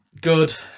good